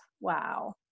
wow